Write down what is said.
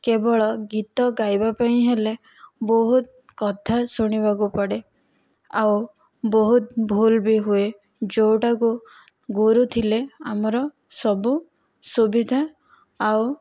କେବଳ ଗୀତ ଗାଇବା ପାଇଁ ହେଲେ ବହୁତ କଥା ଶୁଣିବାକୁ ପଡ଼େ ଆଉ ବହୁତ ଭୁଲ୍ ବି ହୁଏ ଯେଉଁଟାକୁ ଗୁରୁ ଥିଲେ ଆମର ସବୁ ସୁବିଧା ଆଉ